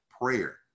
prayer